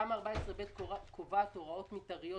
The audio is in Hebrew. תמ"א 14ב' קובעת הוראות מתאריות,